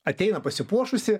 ateina pasipuošusi